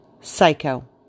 Psycho